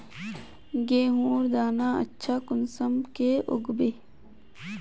गेहूँर दाना अच्छा कुंसम के उगबे?